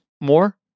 more